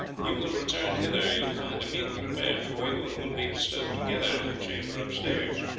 you will return hither you will find a meal prepared for you, and will be bestowed together in a chamber upstairs.